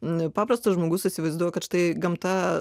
ne paprastas žmogus įsivaizduoja kad štai gamta